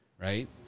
right